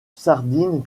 sardine